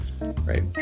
right